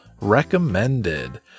recommended